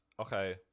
Okay